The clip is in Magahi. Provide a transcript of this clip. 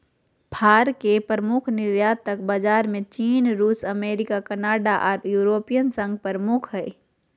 फर के प्रमुख निर्यातक बाजार में चीन, रूस, अमेरिका, कनाडा आर यूरोपियन संघ प्रमुख हई